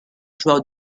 joueur